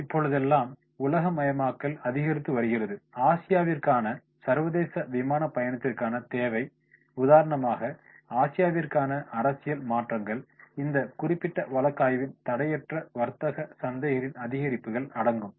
இப்பொழுதெல்லாம் உலகமயமாக்கல் அதிகரித்து வருகிறது ஆசியாவிற்கான சர்வதேச விமான பயணத்திற்கான தேவை உதாரணமாக ஆசியாவிற்கான அரசியல் மாற்றங்கள் இந்த குறிப்பிட்ட வழக்கு ஆய்வில் தடையற்ற வர்த்தக சந்தைகளின் அதிகரிப்புகள் அடங்கும்